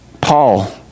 Paul